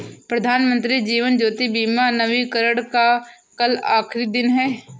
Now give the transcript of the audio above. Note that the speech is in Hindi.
प्रधानमंत्री जीवन ज्योति बीमा नवीनीकरण का कल आखिरी दिन है